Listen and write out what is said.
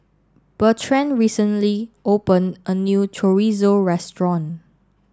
bertrand recently opened a new Chorizo restaurant